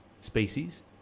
species